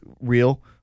real